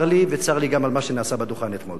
צר לי וצר לי גם על מה שנעשה בדוכן אתמול.